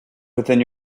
within